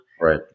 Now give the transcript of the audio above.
Right